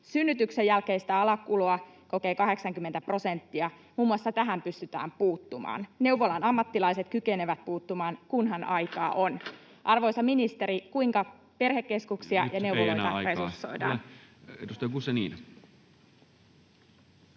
Synnytyksen jälkeistä alakuloa kokee 80 prosenttia — muun muassa tähän pystytään puuttumaan. Neuvolan ammattilaiset kykenevät puuttumaan, kunhan aikaa on. Arvoisa ministeri, kuinka perhekeskuksia ja neuvoloita resursoidaan?